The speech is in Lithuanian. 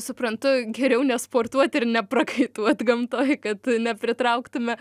suprantu geriau nesportuoti ir neprakaituot gamtoj kad ne pritrauktume